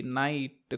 night